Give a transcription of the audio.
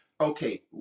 Okay